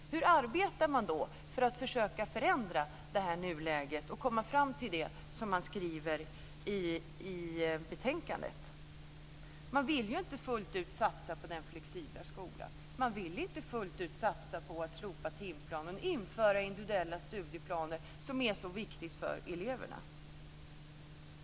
Hur arbetar man då för att försöka förändra nuläget och komma fram till det som man skriver i betänkandet? Man vill ju inte fullt ut satsa på den flexibla skolan. Man vill inte fullt ut satsa på att slopa timplanen och införa individuella studieplaner som är så viktigt för eleverna.